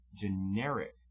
generic